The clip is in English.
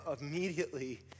immediately